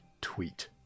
tweet